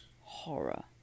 horror